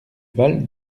val